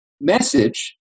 message